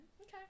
Okay